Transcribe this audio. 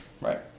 right